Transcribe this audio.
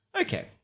Okay